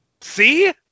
See